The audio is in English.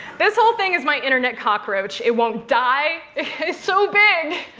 this whole thing is my internet cockroach. it won't die. it is so big!